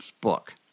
book